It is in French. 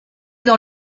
dans